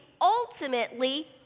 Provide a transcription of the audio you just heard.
ultimately